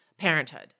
parenthood